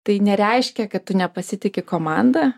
tai nereiškia kad tu nepasitiki komanda